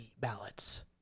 ballots